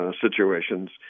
situations